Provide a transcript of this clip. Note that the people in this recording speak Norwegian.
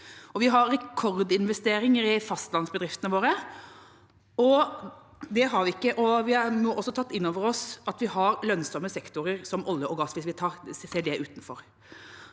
vi har rekordinvesteringer i fastlandsbedriftene våre. Vi har også tatt inn over oss at vi har lønnsomme sektorer som olje og gass, hvis vi ser det utenfor.